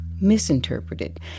misinterpreted